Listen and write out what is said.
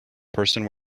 person